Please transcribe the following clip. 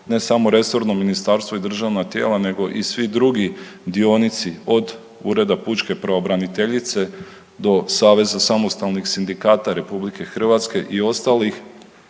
ne samo resorno ministarstvo i državna tijela nego i svi drugi dionici od Ureda pučke pravobraniteljice do Saveza samostalnih sindikata RH i ostalih